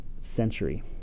century